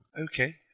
Okay